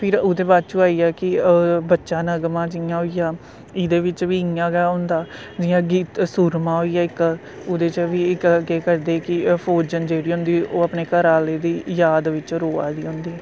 फिर ओह्दे बाद च आइया कि बच्चा नगमा जियां होइया इह्दे बिच्च बी इ'यां गै होंदा जियां सुरमा होइया इक्क उह्दे च बी केह् करदे कि फौजन जेह्ड़ी होंदी ओह् अपने घरा आह्ले दी जाद बिच्च रोआ दी होंदी